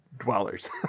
dwellers